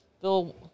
Bill